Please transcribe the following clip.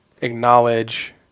acknowledge